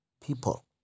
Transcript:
people